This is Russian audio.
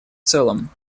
целом